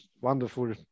wonderful